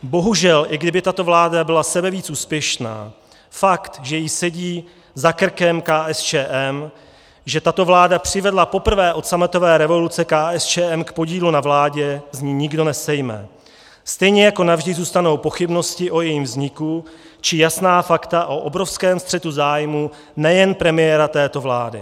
Bohužel i kdyby tato vláda byla sebevíc úspěšná, fakt, že jí sedí za krkem KSČM, že tato vláda přivedla poprvé od sametové revoluce KSČM k podílu na vládě, z ní nikdo nesejme, stejně jako navždy zůstanou pochybnosti o jejím vzniku či jasná fakta o obrovském střetu zájmů nejen premiéra této vlády.